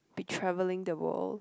be travelling the world